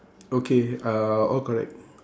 okay uh all correct